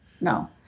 No